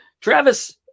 Travis